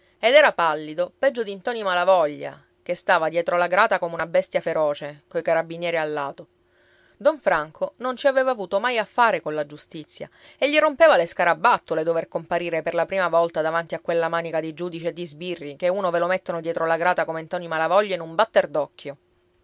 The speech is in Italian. ed era pallido peggio di ntoni malavoglia che stava dietro la grata come una bestia feroce coi carabinieri allato don franco non ci aveva avuto mai a fare colla giustizia e gli rompeva le scarabattole dover comparire per la prima volta davanti a quella manica di giudici e di sbirri che uno ve lo mettono dietro la grata come ntoni malavoglia in un batter d'occhio